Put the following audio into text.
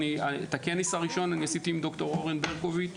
אני עשיתי את הכנס הראשון עם ד"ר אורן ברקוביץ'